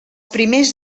primers